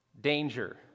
danger